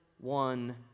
one